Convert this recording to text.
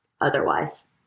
otherwise